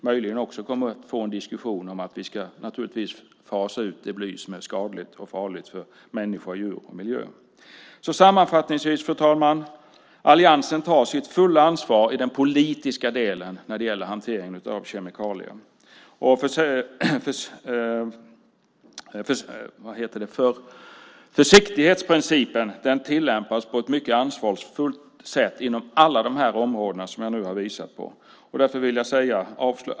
Möjligen kommer vi också att få en diskussion om att vi naturligtvis ska fasa ut det bly som är skadligt för människa, djur och miljö. Fru talman! Alliansen tar sitt fulla ansvar i den politiska delen när det gäller hanteringen av kemikalier. Försiktighetsprincipen tillämpas på ett mycket ansvarsfullt sätt inom alla dessa områden som jag har visat på.